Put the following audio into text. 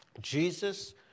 Jesus